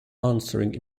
answering